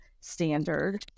standard